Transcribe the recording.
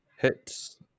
Hits